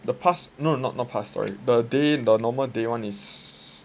the pass no no not the pass sorry the day the normal day one is